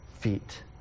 feet